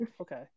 okay